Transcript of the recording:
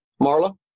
Marla